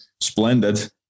Splendid